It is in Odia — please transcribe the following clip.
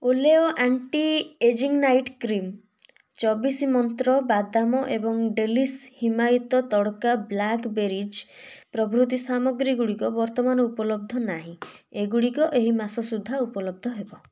Olay anti ageing night cream ଚବିଶ ମନ୍ତ୍ର ବାଦାମ ଏବଂ ଡେଲିଶ୍ ହିମାୟିତ ତଡ଼କା ବ୍ଲାକ୍ବେରିଜ୍ ପ୍ରଭୃତି ସାମଗ୍ରୀ ଗୁଡ଼ିକ ବର୍ତ୍ତମାନ ଉପଲବ୍ଧ ନାହିଁ ଏଗୁଡ଼ିକ ଏହି ମାସ ସୁଦ୍ଧା ଉପଲବ୍ଧ ହେବ